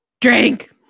Drink